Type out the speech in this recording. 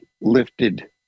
lifted